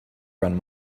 run